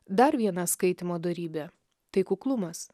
dar viena skaitymo dorybė tai kuklumas